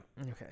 Okay